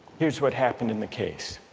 here's what happened in the case